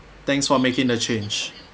thanks for making a change